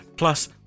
Plus